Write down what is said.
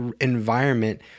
environment